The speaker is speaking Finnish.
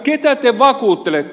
ketä te vakuuttelette